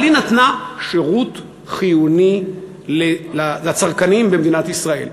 אבל היא נתנה שירות חיוני לצרכנים במדינת ישראל.